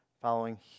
following